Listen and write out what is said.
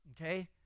okay